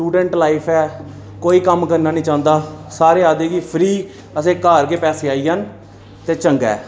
student life ऐ कोई कम्म करना निं चाह्ंदा सारे आखदे कि फ्री असेंई घर गै पैसे आई जान ते चंगा ऐ